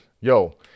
yo